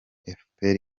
efuperi